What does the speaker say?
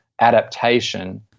adaptation